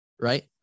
right